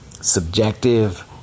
subjective